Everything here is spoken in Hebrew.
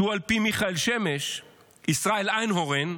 שהוא על פי מיכאל שמש ישראל איינהורן,